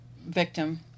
victim